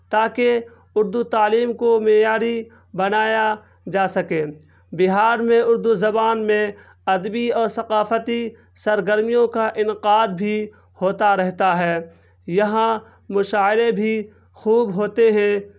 تاکہ اردو تعلیم کو معیاری بنایا جا سکے بہار میں اردو زبان میں ادبی اور ثقافتی سرگرمیوں کا انعقاد بھی ہوتا رہتا ہے یہاں مشاعرے بھی خوب ہوتے ہیں